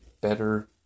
better